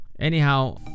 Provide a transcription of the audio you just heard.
Anyhow